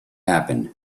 happen